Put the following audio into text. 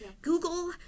Google